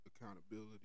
accountability